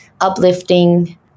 uplifting